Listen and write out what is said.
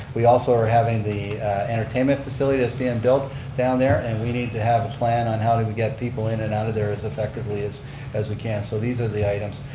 we also are having the entertainment facility that's being built down there and we need to have a plan on how to get people in and out of there as effectively as as we can, so these are the items.